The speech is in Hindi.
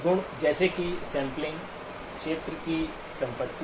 गुण जैसे कि सैंपलिंग क्षेत्र की संपत्ति